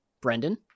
Brendan